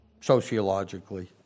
sociologically